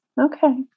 Okay